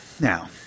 Now